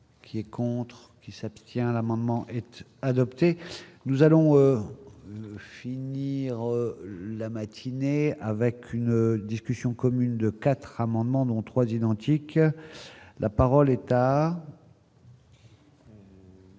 Qui est contre qui s'abstient l'amendement était adopté, nous allons finir la matinée avec une discussion commune de 4 amendements dont trois identique, la parole est à.